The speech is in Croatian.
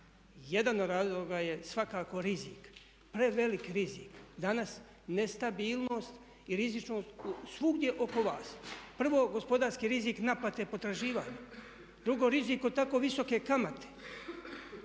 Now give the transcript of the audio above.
Jedan od razloga je svakako rizik, prevelik rizik. Danas nestabilnost i rizičnost svugdje oko vas. Prvo, gospodarski rizik naplate potraživanja. Drugo, rizik od tako visoke kamate.